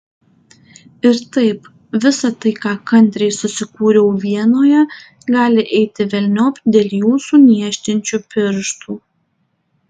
ir taip visa tai ką kantriai susikūriau vienoje gali eiti velniop dėl jūsų niežtinčių pirštų